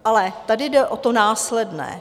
Ale tady jde o to následné.